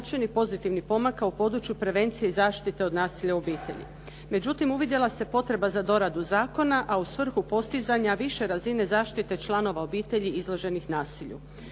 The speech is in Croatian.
značajnih pozitivnih pomaka u području prevencije i zaštite od nasilja u obitelji. Međutim, uvidjela se potreba za doradu zakona a u svrhu postizanja više razine zaštite članova obitelji izloženih nasilju.